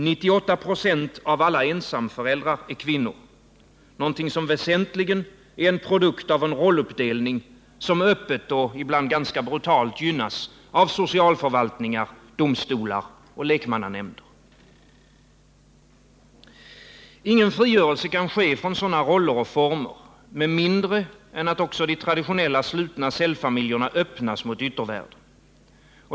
98 96 av alla ensamföräldrar är kvinnor — vilket väsentligen är en produkt av en rolluppdelning som öppet och brutalt gynnas av socialförvaltningar, domstolar och lekmannanämnder. Ingen frigörelse kan ske från sådana roller och former med mindre än att de traditionella slutna cellfamiljerna öppnas mot yttervärlden.